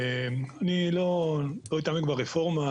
אני לא אתעמק ברפורמה,